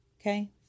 Okay